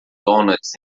donuts